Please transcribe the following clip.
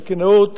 סכינאות